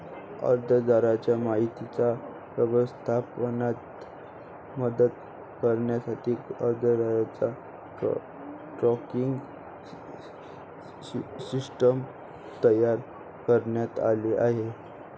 अर्जदाराच्या माहितीच्या व्यवस्थापनात मदत करण्यासाठी अर्जदार ट्रॅकिंग सिस्टीम तयार करण्यात आली आहे